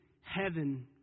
Heaven